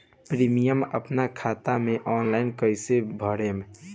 Premium अपना खाता से ऑनलाइन कईसे भरेम?